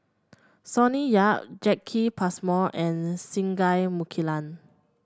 Sonny Yap Jacki Passmore and Singai Mukilan